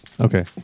Okay